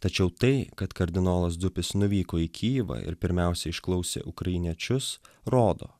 tačiau tai kad kardinolas dzupis nuvyko į kijevą ir pirmiausia išklausė ukrainiečius rodo